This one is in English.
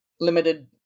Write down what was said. limited